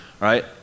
right